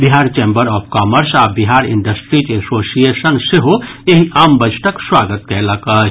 Bihar chamber of commerce आ Bihar industries association सेहो एहि आम बजटक स्वागत कयलक अछि